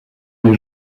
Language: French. mes